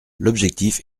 l’objectif